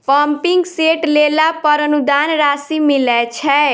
Pumping set लेला पर अनुदान राशि मिलय छैय?